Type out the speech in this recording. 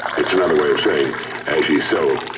it's another way of saying as ye sow,